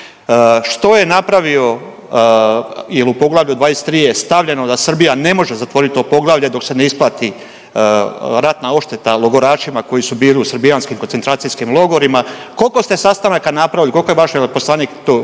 što je napravio jer u Poglavlju 23 je stavljeno da Srbija ne može zatvoriti to poglavlje dok se ne isplati ratna odšteta logorašima koji su bili u srbijanskim koncentracijskim logorima. Koliko ste sastanaka napravili, koliko je vaš veleposlanik to,